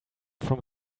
from